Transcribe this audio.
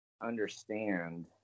understand